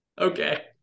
Okay